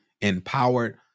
empowered